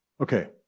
Okay